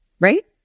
Right